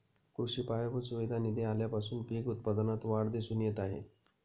कृषी पायाभूत सुविधा निधी आल्यापासून पीक उत्पादनात वाढ दिसून येत आहे